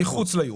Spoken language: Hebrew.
מחוץ ליורו,